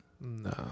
No